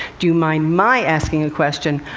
do you mind my asking a question?